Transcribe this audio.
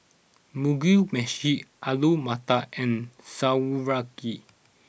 Mugi Meshi Alu Matar and Sauerkraut